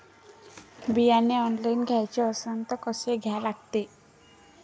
बियाने ऑनलाइन घ्याचे असन त कसं घ्या लागते?